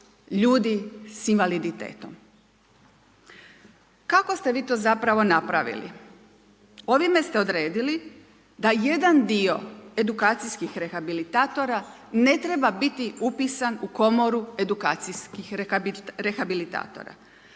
ljudi s invaliditetom. Kako ste vi to zapravo napravili? Ovime ste odredili da jedan dio edukacijskih rehabilitatora ne treba biti upisan u Komoru edukacijskih rehabilitatora.